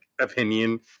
opinion